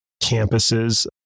campuses